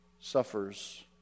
suffers